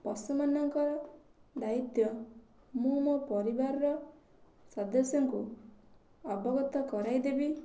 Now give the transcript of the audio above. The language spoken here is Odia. ପଶୁମାନଙ୍କର ଦାୟିତ୍ଵ ମୁଁ ମୋ ପରିବାରର ସଦସ୍ୟଙ୍କୁ ଅବଗତ କରାଇଦେବି